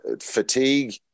fatigue